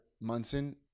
Munson